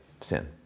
sin